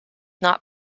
not